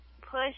push